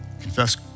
Confess